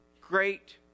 great